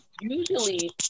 usually